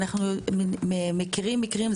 אנחנו מכירים מקרים,